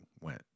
went